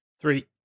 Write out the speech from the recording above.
three